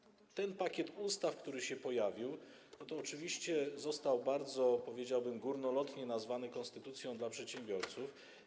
Ten pakiet ustaw, który się pojawił, oczywiście został bardzo, powiedziałbym, górnolotnie nazwany konstytucją dla przedsiębiorców.